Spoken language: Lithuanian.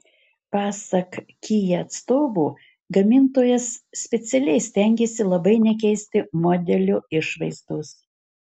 pasak kia atstovų gamintojas specialiai stengėsi labai nekeisti modelio išvaizdos